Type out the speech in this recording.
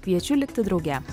kviečiu likti drauge